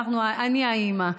אני האימא,